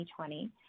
2020